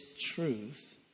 truth